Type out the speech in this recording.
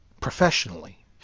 Professionally